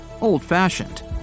old-fashioned